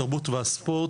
התרבות והספורט,